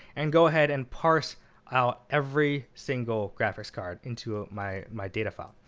and go ahead and parse out every single graphics card into ah my my data file.